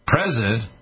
President